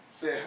Say